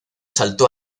saltó